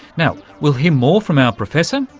now, we'll hear more from our professor,